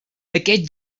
aquest